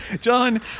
John